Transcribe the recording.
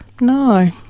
No